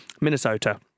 Minnesota